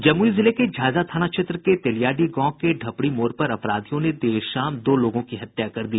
जमुई जिले के झाझा थाना क्षेत्र के तेलियाडीह गांव के ढपरी मोड़ पर अपराधियों ने देर शाम दो लोगों की हत्या कर दी